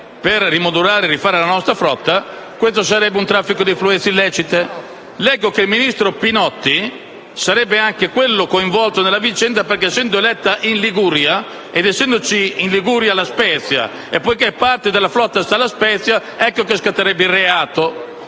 per rimodulare o rifare la nostra flotta questo sarebbe un traffico di influenze illecite. Leggo poi che il ministro Pinotti sarebbe coinvolta nella vicenda perché, essendo eletta in Liguria, ed essendoci in Liguria La Spezia dove si trova parte della flotta, ecco che scatterebbe il reato.